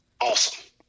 Awesome